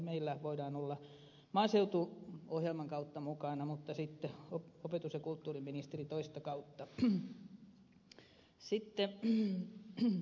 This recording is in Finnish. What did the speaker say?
meillä voidaan olla maaseutuohjelman kautta mukana mutta sitten opetus ja kulttuuriministeri ovat toista kautta